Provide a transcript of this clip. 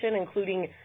including